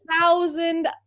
thousand